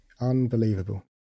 unbelievable